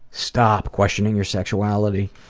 stop questioning your sexuality,